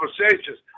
conversations